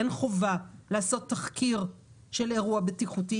אין חובה לעשות תחקיר של אירוע בטיחותי,